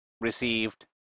Received